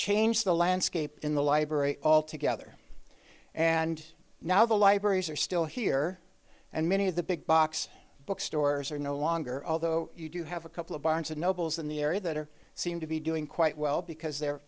changed the landscape in the library altogether and now the libraries are still here and many of the big box bookstores are no longer although you do have a couple of barnes and noble's in the area that are seem to be doing quite well because they're